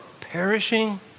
perishing